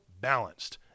Balanced